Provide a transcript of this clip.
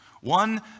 one